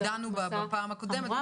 דנו בה בפעם הקודמת,